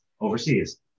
overseas